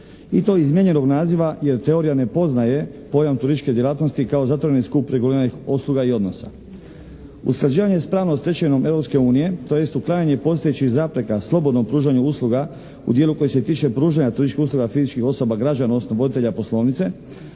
i to izmijenjenog naziva jer teorija ne poznaje pojam turističke djelatnosti kao zatvoreni skup …/Govornik se ne razumije./… usluga i odnosa. Usklađivanje s pravnom stečevinom Europske unije, tj. u krajnje postojećih zapreka slobodnom pružanju usluga u dijelu koji se tiče pružanja turističkih usluga fizičkih osoba, građana osloboditelja poslovnice.